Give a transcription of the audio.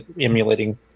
emulating